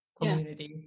communities